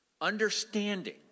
understanding